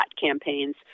campaigns